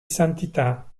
santità